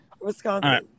Wisconsin